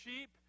sheep